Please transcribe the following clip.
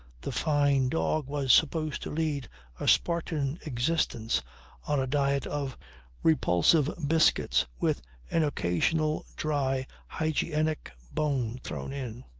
the fyne dog was supposed to lead a spartan existence on a diet of repulsive biscuits with an occasional dry, hygienic, bone thrown in.